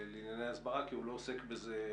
לענייני הסברה כי הוא לא עוסק בזה הרבה.